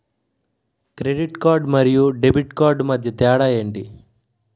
Credit card మరియు debit card మధ్య తేడా ఎంటి?